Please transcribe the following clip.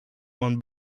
man